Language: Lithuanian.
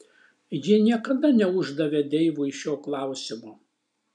ji niekada neuždavė deivui šio klausimo